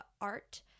art